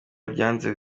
byanze